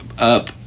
up